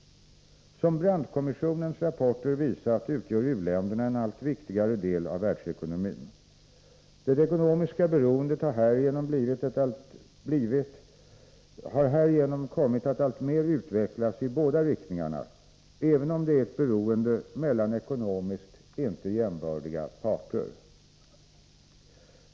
Som Brandtkommissionens rapporter visat utgör u-länderna en allt viktigare del av världsekonomin. Det ekonomiska beroendet har härigenom kommit att alltmer utvecklas i båda riktningarna, även om det är ett beroende mellan ekonomiskt icke jämbördiga parter.